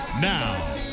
Now